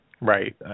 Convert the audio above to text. Right